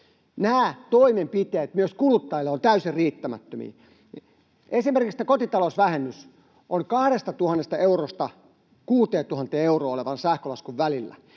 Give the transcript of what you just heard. Nämä toimenpiteet myös kuluttajille ovat täysin riittämättömiä. Esimerkiksi kotitalousvähennys on 2 000 eurosta 6 000 euroon olevan sähkölaskun välillä,